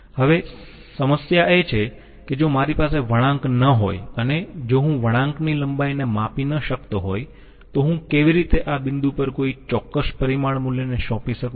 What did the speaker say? હવે સમસ્યા એ છે કે જો મારી પાસે વળાંક ન હોય અને જો હું વળાંકની લંબાઈને માપી ન શકતો હોય તો હું કેવી રીતે આ બિંદુ પર કોઈ ચોક્કસ પરિમાણ મૂલ્યને સોંપી શકું